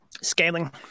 Scaling